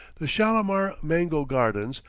the shalamar mango gardens,